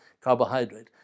carbohydrate